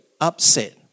upset